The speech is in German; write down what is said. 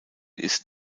ist